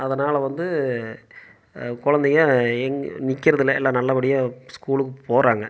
அதனால் வந்து குழந்தைங்க எங் நிற்குறதில்ல எல்லாம் நல்லபடியாக ஸ்கூலுக்கு போகிறாங்க